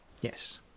Yes